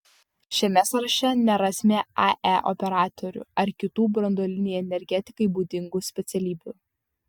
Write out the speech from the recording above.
šiame sąraše nerasime ae operatorių ar kitų branduolinei energetikai būdingų specialybių